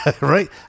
right